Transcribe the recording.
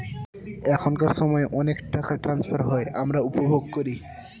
এখনকার সময় অনেক টাকা ট্রান্সফার হয় আমরা উপভোগ করি